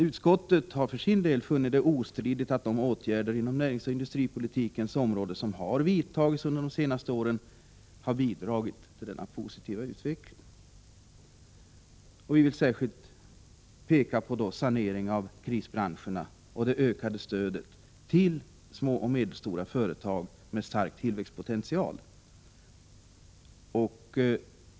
Utskottet har för sin del funnit det ostridigt att de åtgärder inom näringsoch industripolitikens områden som vidtagits under de senaste åren bidragit till denna positiva utveckling. Vi vill särskilt peka på saneringen av krisbranscherna och det ökade stödet till små och medelstora företag med stark tillväxtpotential.